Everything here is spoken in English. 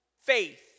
faith